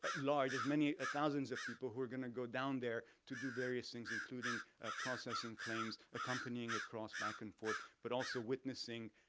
but large, as many, a thousands of people who are gonna go down there to do various things, including processing claims, accompanying across back and forth, but also witnessing,